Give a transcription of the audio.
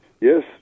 Yes